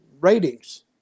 ratings